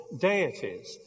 deities